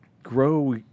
grow